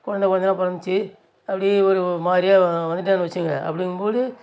கொழந்த கிழந்தலாம் பிறந்திச்சு அப்படியே ஒரு மாதிரியாக வந்துட்டேன்னு வச்சிங்க அப்படிங்கும் போது